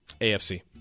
AFC